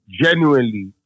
genuinely